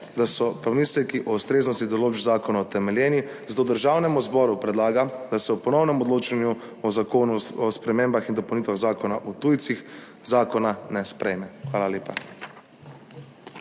da so pomisleki o ustreznosti določb zakona utemeljeni, zato Državnemu zboru predlaga, da ob ponovnem odločanju o Zakonu o spremembah in dopolnitvi Zakona o tujcih zakona ne sprejme. Hvala lepa.